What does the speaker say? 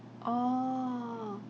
oh